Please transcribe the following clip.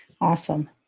Awesome